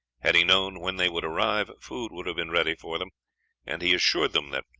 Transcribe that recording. had he known when they would arrive, food would have been ready for them and he assured them that,